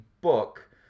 book